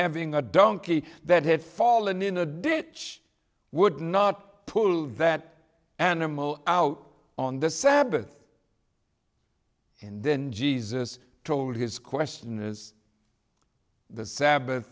having a donkey that had fallen in a ditch would not pull that animal out on the sabbath and then jesus told his question is the sa